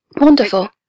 Wonderful